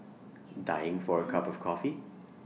dying for A cup of coffee